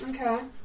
Okay